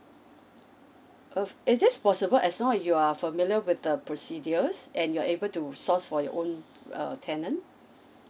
uh it is possible as long you are familiar with the procedures and you're able to source for your own uh tenant